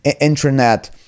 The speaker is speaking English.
internet